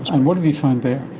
and what have you found there?